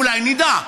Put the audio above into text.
אולי נדע,